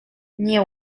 nie